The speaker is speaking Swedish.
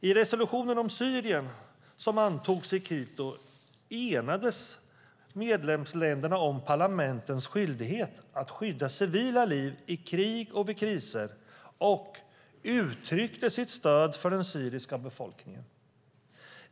I resolutionen om Syrien, som antogs i Quito, enades medlemsländerna om parlamentens skyldighet att skydda civila liv i krig och vid kriser och uttryckte sitt stöd för den syriska befolkningen.